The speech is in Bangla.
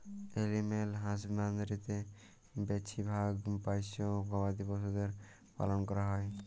এলিম্যাল হাসবাঁদরিতে বেছিভাগ পোশ্য গবাদি পছুদের পালল ক্যরা হ্যয়